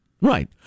Right